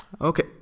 okay